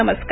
नमस्कार